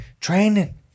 Training